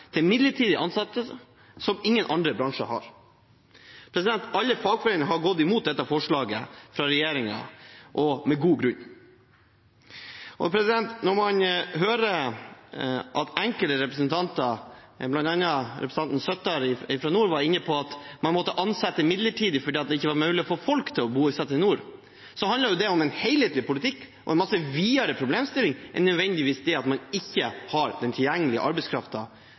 til midlertidige ansettelser som ingen andre bransjer har. Alle fagforeninger har gått imot dette forslaget fra regjeringen – og med god grunn. Når man hører at enkelte representanter, bl.a. representanten Søttar fra nord, er inne på at man må ansette midlertidig fordi det ikke er mulig å få folk til å bosette seg i nord, handler det om en helhetlig politikk og en mye videre problemstilling enn at man ikke nødvendigvis har den tilgjengelige